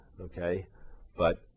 okay—but